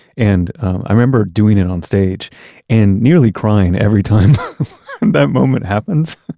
and i remember doing it on stage and nearly crying every time that moment happens.